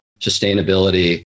sustainability